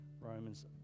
romans